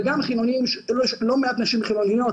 וגם חילונים שלא מעט נשים חילוניות